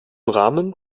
rahmen